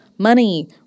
Money